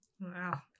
wow